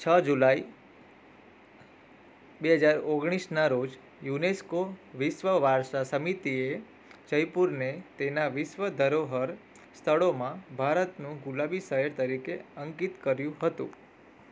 છ જુલાઇ બે હજાર ઓગણીસના રોજ યુનેસ્કો વિશ્વ વારસા સમિતિએ જયપુરને તેના વિશ્વ ધરોહર સ્થળોમાં ભારતનું ગુલાબી શહેર તરીકે અંકિત કર્યું હતું